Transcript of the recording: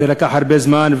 זה לקח הרבה זמן,